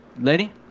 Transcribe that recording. Lady